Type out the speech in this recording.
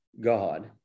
God